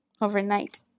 overnight